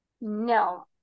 No